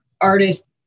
artist